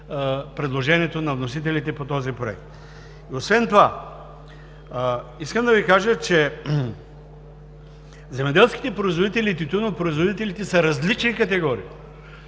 предложението на вносителите по този проект. Освен това искам да Ви кажа, че земеделските производители и тютюнопроизводителите са различни категории.